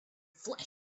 flesh